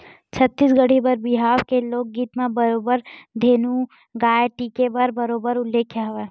छत्तीसगढ़ी बर बिहाव के लोकगीत म बरोबर धेनु गाय टीके के बरोबर उल्लेख हवय